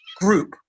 group